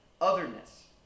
otherness